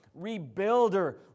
rebuilder